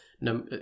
no